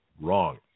wrong